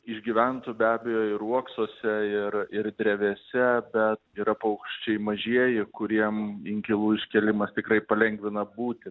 išgyventų be abejo ir uoksuose ir ir drevėse bet yra paukščiai mažieji kuriem inkilų iškėlimas tikrai palengvina būtį